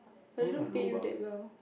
but they don't think you that well